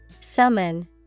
Summon